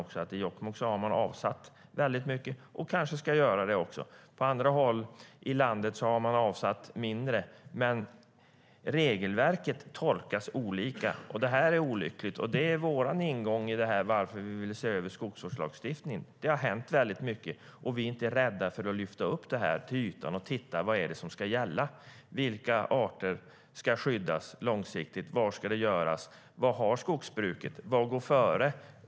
I Jokkmokk har man avsatt väldigt mycket, och ska kanske göra det också. På andra håll i landet har man avsatt mindre. Regelverket tolkas olika. Det här är olyckligt, och det är vår ingång i varför vi ville se över skogsvårdslagstiftningen. Det har hänt väldigt mycket, och vi är inte rädda för att lyfta upp det här till ytan och titta: Vad är det som ska gälla? Vilka arter ska skyddas långsiktigt? Var ska det göras? Vad har skogsbruket? Vad går före?